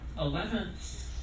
eleventh